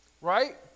right